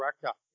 director